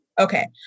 Okay